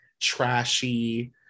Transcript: trashy